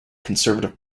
conservative